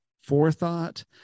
forethought